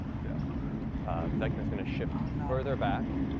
yeah vecna's going to shift further back